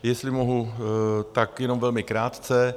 Jestli mohu, tak jenom velmi krátce.